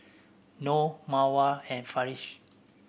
Noh Mawar and Farish